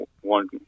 one